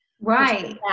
Right